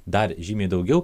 dar žymiai daugiau